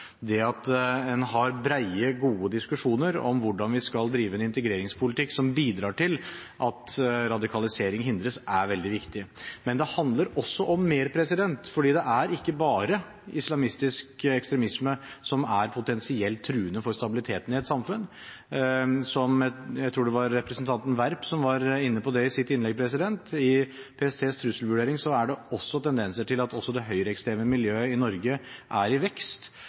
At en har brede, gode diskusjoner om hvordan vi skal drive en integreringspolitikk som bidrar til at radikalisering hindres, er veldig viktig. Men det handler også om mer, for det er ikke bare islamistisk ekstremisme som er potensielt truende for stabiliteten i et samfunn. Jeg tror det var representanten Werp som var inne på det i sitt innlegg. I PSTs trusselvurdering er det tendenser til at også det høyreekstreme miljøet i Norge er i vekst.